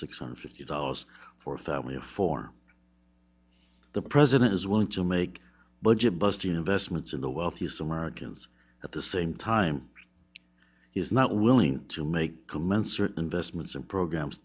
six hundred fifty dollars for a family of four the president is willing to make budget busting investments in the wealthiest americans at the same time he is not willing to make commensurate investments in programs